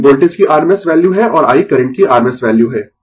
V voltage की rms value है और I करंट की rms वैल्यू है